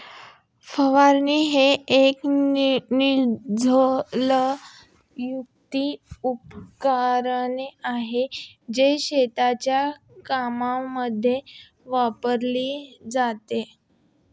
फवारक हे एक नोझल युक्त उपकरण आहे, जे शेतीच्या कामांमध्ये वापरले जाते